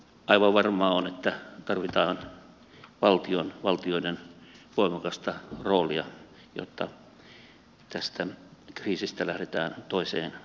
aivan varmaa on että tarvitaan valtioiden voimakasta roolia jotta tästä kriisistä lähdetään toiseen suuntaan